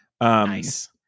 Nice